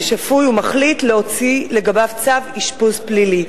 שפוי ומחליט להוציא לגביו צו אשפוז פלילי,